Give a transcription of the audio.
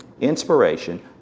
inspiration